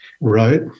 Right